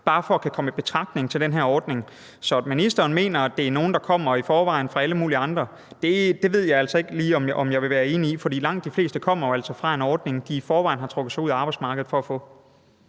bare for at kunne komme i betragtning til den her ordning. Så at ministeren mener, at det er nogle, der kommer fra alle mulige andre job i forvejen, ved jeg altså ikke lige om jeg vil være enig i. Langt de fleste kommer jo altså fra en ordning, som de i forvejen har trukket sig ud af arbejdsmarkedet for at få.